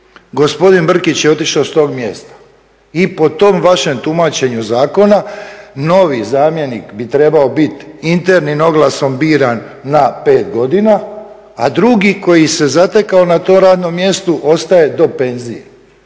gospodin Brkić je otišao s tog mjesta i po tom vašem tumačenju zakona novi zamjenik bi trebao biti internim oglasom biran na pet godina, a drugi koji se zatekao na tom radnom mjestu ostaje do penzije.